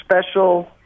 special